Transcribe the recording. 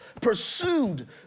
pursued